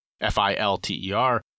F-I-L-T-E-R